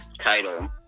Title